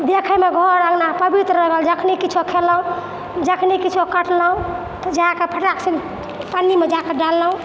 देखैमे घर अँगना पवित्र रहल जखनि किछो खेलहुँ जखनि किछो कटलहुँ तऽ जाकऽ फटाकसिन पन्नीमे जाकऽ डाललहुँ